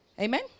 Amen